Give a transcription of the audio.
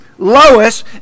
Lois